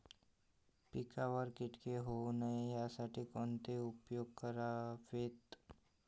पिकावर किटके होऊ नयेत यासाठी कोणते उपाय करावेत?